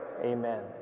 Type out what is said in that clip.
Amen